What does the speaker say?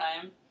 time